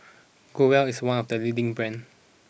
Growell is one of the leading brands